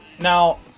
now